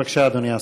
בבקשה, אדוני השר.